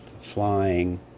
flying